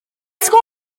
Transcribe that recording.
sgôr